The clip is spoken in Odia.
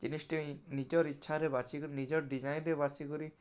ଜିନିଷ୍ଟେ ନିଜର୍ ଈଚ୍ଛାରେ ବାଛିକରି ନିଜର୍ ଡିଜାଇନ୍ରେ ବାଛିକରି